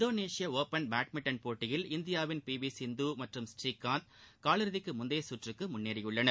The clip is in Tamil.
இந்தோனேஷிய ஓபன் பேட்மின்டன் போட்டியில் இந்தியாவின் பி வி சிந்து மற்றும் ஸ்ரீகாந்த் காலிறுதிக்கு முந்தைய சுற்றுக்கு முன்னேறியுள்ளனர்